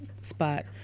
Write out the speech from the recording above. spot